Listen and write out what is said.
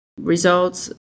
results